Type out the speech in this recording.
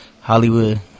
Hollywood